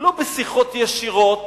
לא בשיחות ישירות,